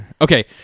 Okay